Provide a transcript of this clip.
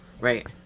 Right